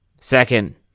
second